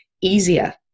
easier